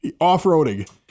off-roading